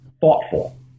thoughtful